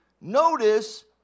Notice